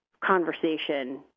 conversation